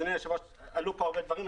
אדוני היושב ראש, עלו כאן הרבה דברים.